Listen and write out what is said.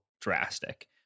drastic